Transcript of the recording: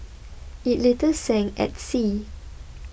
it later sank at sea